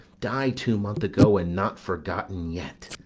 die two months ago, and not forgotten yet?